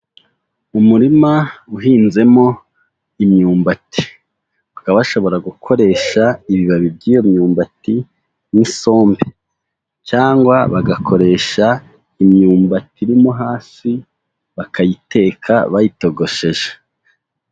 Umurima uhinzemo imyumbati. Bakaba bashobora gukoresha ibibabi by'iyo myumbati nk'isombe cyangwa bagakoresha imyumbati irimo hasi bakayiteka bayitogosheje.